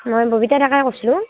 মই ববিতা ডেকাই কৈছিলোঁ